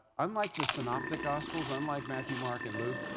unlike the synoptic gospels, unlike matthew, mark, and luke,